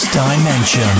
Dimension